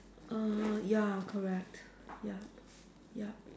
uh ya correct ya ya